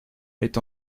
est